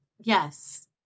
Yes